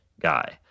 guy